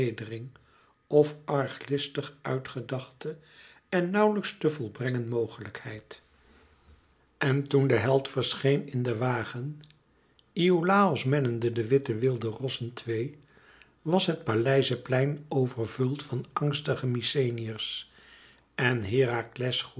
of arglistig uitgedachte en nauwlijks te volbrengen mogelijkheid en toen de held verscheen in den wagen iolàos mennende de witte wilde rossen twee was het paleizeplein overvuld van angstige mykenæërs en herakles